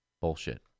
Bullshit